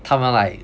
他们 like